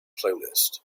playlist